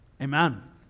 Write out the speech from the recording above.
Amen